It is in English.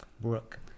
Brooke